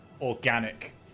organic